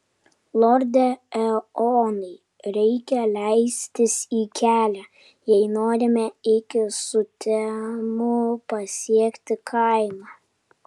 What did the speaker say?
lorde eonai reikia leistis į kelią jei norime iki sutemų pasiekti kaimą